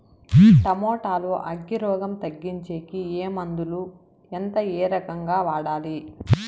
Tomato లో అగ్గి రోగం తగ్గించేకి ఏ మందులు? ఎంత? ఏ రకంగా వాడాలి?